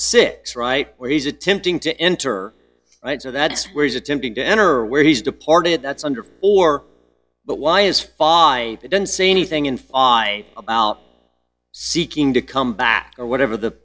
six right where he's attempting to enter right so that's where he's attempting to enter where he's departed that's under or but why is five i don't see anything in fly about seeking to come back or whatever the